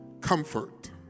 Comfort